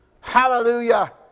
Hallelujah